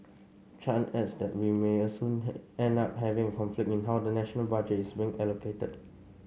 Chan adds that we may also end up having a conflict in how the national budgets being allocated